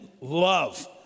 love